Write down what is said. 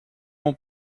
mon